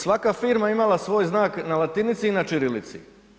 Svaka firma je imala svoj znak na latinici i na ćirilici.